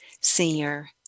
senior